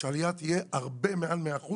שהעלייה תהיה הרבה מעל 100%,